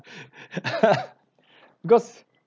because